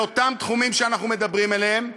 באותם תחומים שאנחנו מדברים עליהם,